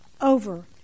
over